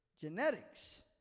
genetics